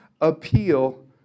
appeal